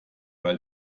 weil